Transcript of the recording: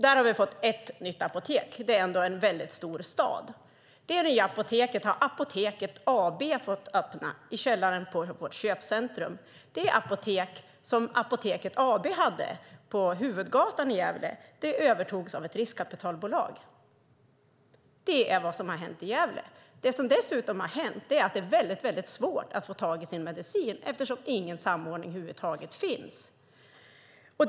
Där har vi fått ett nytt apotek, och det är ändå en stor stad. Där har Apoteket AB fått öppna i källaren i vårt köpcentrum. Det apotek som Apoteket AB hade på huvudgatan i Gävle övertogs av ett riskkapitalbolag. Det är vad som har hänt i Gävle. Det som dessutom har hänt är att det är väldigt svårt att få tag i sin medicin, eftersom ingen samordning över huvud taget finns.